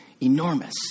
enormous